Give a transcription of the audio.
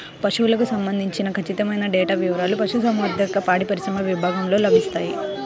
పశువులకు సంబంధించిన ఖచ్చితమైన డేటా వివారాలు పశుసంవర్ధక, పాడిపరిశ్రమ విభాగంలో లభిస్తాయి